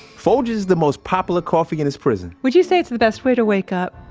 folger's is the most popular coffee in this prison would you say it's the best way to wake up?